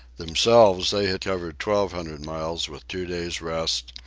themselves, they had covered twelve hundred miles with two days' rest,